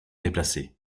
déplacé